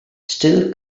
still